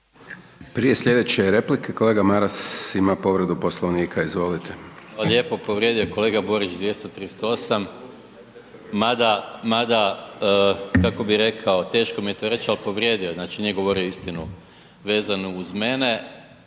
Prije slijedeće replike kolega Maras ima povredu Poslovnika, izvolite. **Maras, Gordan (SDP)** Hvala lijepo. Povrijedio je kolega Borić 238., mada, mada, kako bi rekao, teško mi je to reć, al povrijedio je, znači nije govorio istinu vezanu uz mene,